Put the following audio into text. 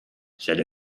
said